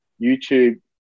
YouTube